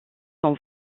son